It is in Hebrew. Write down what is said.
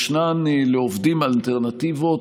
לעובדים ישנן אלטרנטיבות,